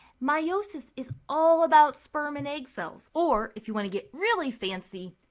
meiosis is all about sperm and egg cells or if you want to get really fancy,